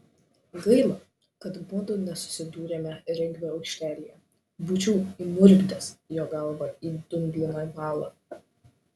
gaila kad mudu nesusidūrėme regbio aikštelėje būčiau įmurkdęs jo galvą į dumbliną balą